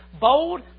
bold